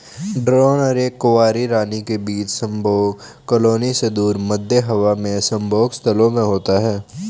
drone और एक कुंवारी रानी के बीच संभोग कॉलोनी से दूर, मध्य हवा में संभोग स्थलों में होता है